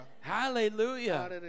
Hallelujah